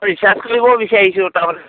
research কৰিব বিচাৰিছোঁ তাৰমানে